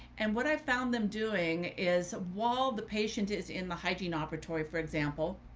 and what i've found them doing is while the patient is in the hygiene operatory, for example